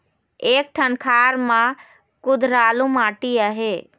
एक ठन खार म कुधरालू माटी आहे?